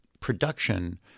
production